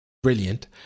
brilliant